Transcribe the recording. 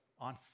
on